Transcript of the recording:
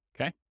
okay